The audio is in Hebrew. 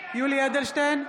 יולי יואל אדלשטיין,